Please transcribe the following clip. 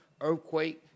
Earthquake